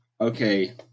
okay